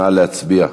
נא להצביע.